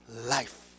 life